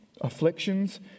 afflictions